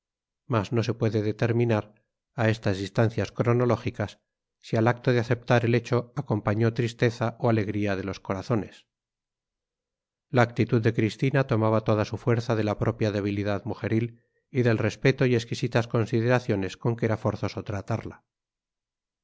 mas no se puede determinar a estas distancias cronológicas si al acto de aceptar el hecho acompañó tristeza o alegría de los corazones la actitud de cristina tomaba toda su fuerza de la propia debilidad mujeril y del respeto y exquisitas consideraciones con que era forzoso tratarla